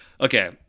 Okay